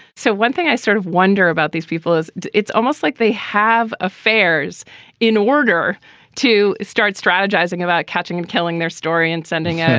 so one thing i sort of wonder about these people is it's almost like they have affairs in order to start strategizing about catching and telling their story and sending, ah